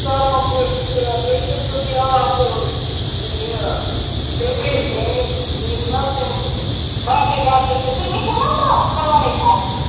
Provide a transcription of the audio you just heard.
سۄرمہٕ کُلۍ چھِ بیٚیہِ چھِ سُہ بیاکھ کُل یہِ بیٚیہِ چھِ یِم حظ یِم باقٕے باقٕے چھِ تُہۍ وُچھُو نَہ پانے پتہٕ